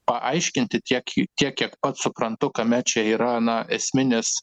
paaiškinti tiek kiek pats suprantu kame čia yra na esminis